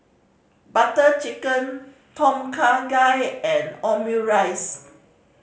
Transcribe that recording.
Butter Chicken Tom Kha Gai and Omurice